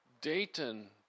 Dayton